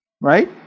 Right